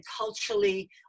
culturally